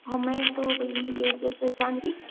हमें तो भई ये जैसे चांदी